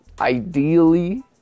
ideally